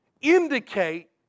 indicate